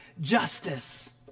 justice